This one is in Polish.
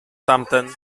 tamten